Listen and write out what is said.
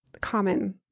common